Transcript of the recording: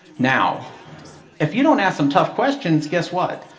now if you don't ask some tough questions, guess what?